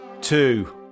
two